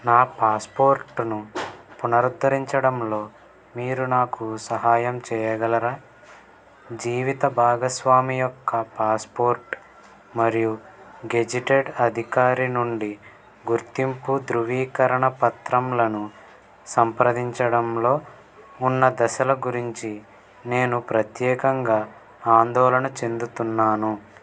నా పాస్పోర్ట్ను పునరుద్ధరించడంలో మీరు నాకు సహాయం చెయ్యగలరా జీవిత భాగస్వామి యొక్క పాస్పోర్ట్ మరియు గెజిటెడ్ అధికారి నుండి గుర్తింపు ధృవీకరణ పత్రంలను సంప్రదించడంలో ఉన్న దశల గురించి నేను ప్రత్యేకంగా ఆందోళన చెందుతున్నాను